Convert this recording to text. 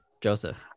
Joseph